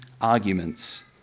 arguments